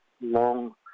long